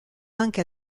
anche